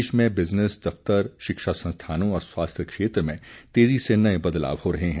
देश में बिजनेस दफ्तर शिक्षा संस्थानों और स्वास्थ्य क्षेत्र में तेजी से नये बदलाव हो रहे हैं